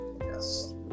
yes